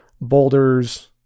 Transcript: boulders